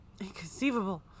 Inconceivable